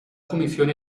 comisión